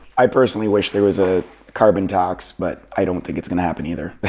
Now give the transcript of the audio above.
i personally wish there was a carbon tax but i don't think it's gonna happen either.